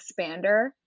expander